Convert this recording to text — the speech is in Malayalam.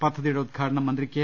പദ്ധതിയുടെ ഉദ്ഘാടനം മന്ത്രി കെ